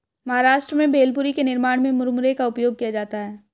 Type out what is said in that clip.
महाराष्ट्र में भेलपुरी के निर्माण में मुरमुरे का उपयोग किया जाता है